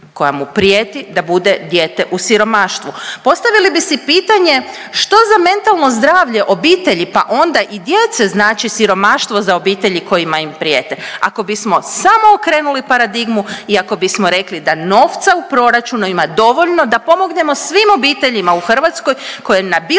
koja mu prijeti da bude dijete u siromaštvu? Postavili bi si pitanje, što za mentalno zdravlje obitelji pa onda i djece znači siromaštvo za obitelji kojima im prijete? Ako bismo samo okrenuli paradigmu i ako bismo rekli da novca u proračunu ima dovoljno da pomognemo svim obiteljima u Hrvatskoj koje na bilo